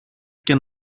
και